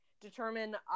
determine